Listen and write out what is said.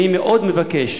אני מאוד מבקש